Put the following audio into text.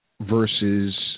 versus